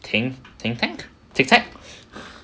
think think tank Tiktak